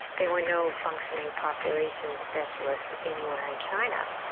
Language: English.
there were no functioning population specialists anywhere in china.